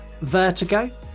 Vertigo